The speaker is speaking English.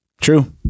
True